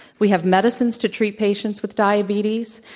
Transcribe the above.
we have medicines to treat patients with diabetes.